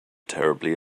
terribly